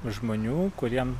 žmonių kuriem